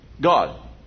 God